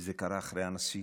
וזה קרה אחרי הנשיא,